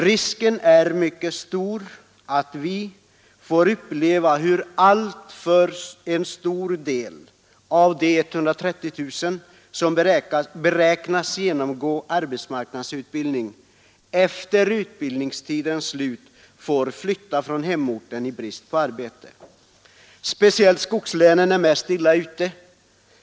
Risken är därför mycket stor att vi får uppleva hur en alltför stor del av de 130 000 som beräknas genomgå arbetsmarknadsutbildning efter utbildningstidens slut får flytta från hemorten i brist på arbete. Speciellt skogslänen är mest illa ute.